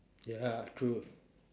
ya true